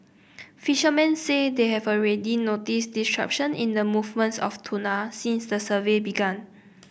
fishermen say they have already noticed disruption in the movements of tuna since the survey began